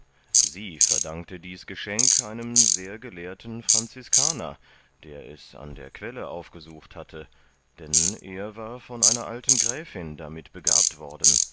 sie verdankte dies geschenk einem sehr gelehrten franziskaner der es an der quelle aufgesucht hatte denn er war von einer alten gräfin damit begabt worden